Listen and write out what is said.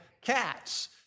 cats